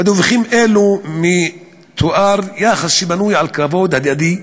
בדיווחים אלו מתואר יחס שבנוי על כבוד הדדי,